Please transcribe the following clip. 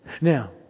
now